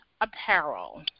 apparel